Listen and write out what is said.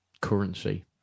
currency